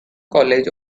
college